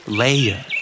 layer